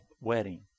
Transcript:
wedding